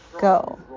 go